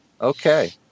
Okay